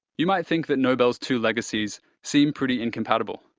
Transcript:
you might think that nobel's two legacies seem pretty incompatible.